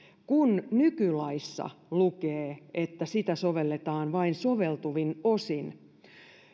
kun nykylaissa lukee että sitä sovelletaan vain soveltuvin osin